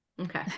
okay